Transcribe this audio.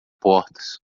portas